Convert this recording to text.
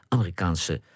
Amerikaanse